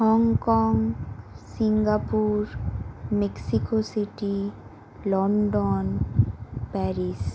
Hong Kong Singapore Mexico City London Paris